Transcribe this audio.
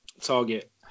target